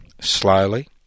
slowly